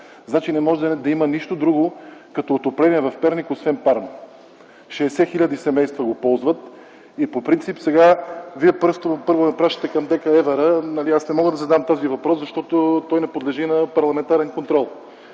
Значи не може да има нищо друго като отопление в Перник, освен парно. Шестдесет хиляди семейства го ползват и по принцип сега Вие първо ме пращате към ДКЕВР. Аз не мога да им задам този въпрос, защото те не подлежат на парламентарен контрол.